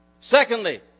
Secondly